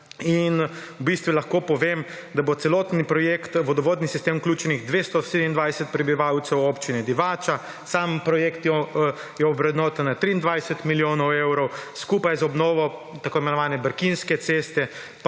V bistvu lahko povem, da bo v celotni projekt v vodovodni sistem vključenih 227 prebivalcev občine Divača. Sam projekt je ovrednoten na 23 milijonov evrov, skupaj z obnovo tako imenovane brkinske ceste